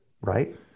Right